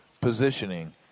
positioning